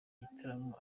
gitaramo